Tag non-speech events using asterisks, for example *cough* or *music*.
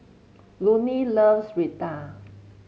*unintelligible* loves Raita